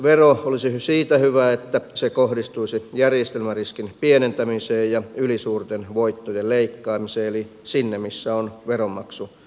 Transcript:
finanssivero olisi siitä hyvä että se kohdistuisi järjestelmäriskin pienentämiseen ja ylisuurten voittojen leikkaamiseen eli sinne missä on veronmaksukykyä